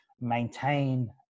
maintain